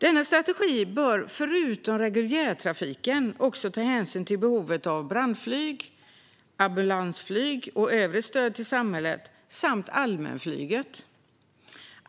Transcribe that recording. Denna strategi bör utöver reguljärtrafiken ta hänsyn till behovet av brandflyg, ambulansflyg och övrigt stöd till samhället - liksom till allmänflyget.